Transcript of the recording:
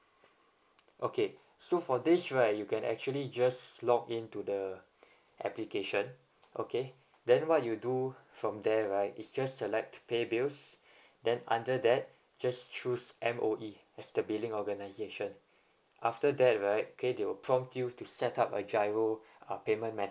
okay so for this right you can actually just log into the application okay then what you do from there right is just select pay bills then under that just choose M_O_E as the billing organisation after that right okay they will prompt you to set up a G_I_R_O uh payment method